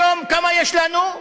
היום כמה יש לנו?